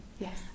Yes